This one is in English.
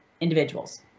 individuals